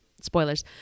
spoilers